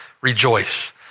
rejoice